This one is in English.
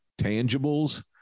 tangibles